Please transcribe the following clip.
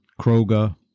Kroger